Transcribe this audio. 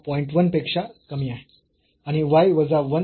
1 पेक्षा कमी आहे आणि y वजा 1 हा 0